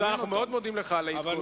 שיש לנו ירידה חדה נוספת בהכנסות ממסים,